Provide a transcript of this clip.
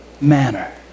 manner